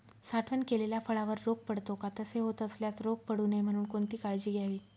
साठवण केलेल्या फळावर रोग पडतो का? तसे होत असल्यास रोग पडू नये म्हणून कोणती काळजी घ्यावी?